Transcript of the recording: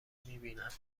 میبینند